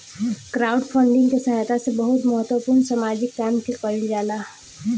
crowdfunding के सहायता से बहुत महत्वपूर्ण सामाजिक काम के कईल जाला